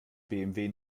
bmw